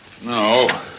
No